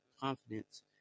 confidence